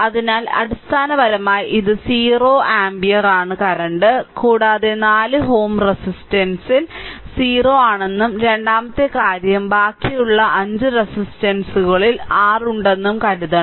അതിനാൽ അടിസ്ഥാനപരമായി ഇത് 0 ആമ്പിയർ ആണ് കറന്റ് കൂടാതെ 4 Ω റെസിസ്റ്ററിൽ 0 ആണെന്നും രണ്ടാമത്തെ കാര്യം ബാക്കിയുള്ള 5 റെസിസ്റ്ററുകളിൽ r ഉണ്ടെന്നും കണ്ടെത്തണം